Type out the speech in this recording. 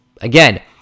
Again